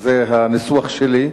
זה הניסוח שלי,